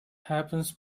happens